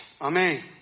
Amen